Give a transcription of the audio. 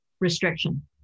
restriction